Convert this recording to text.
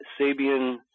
Sabian